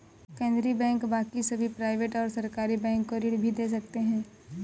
केन्द्रीय बैंक बाकी सभी प्राइवेट और सरकारी बैंक को ऋण भी दे सकते हैं